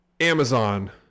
amazon